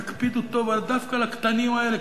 תקפידו טוב דווקא על הקטנים האלה,